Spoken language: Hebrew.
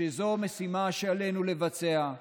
שזו משימה שעלינו לבצע,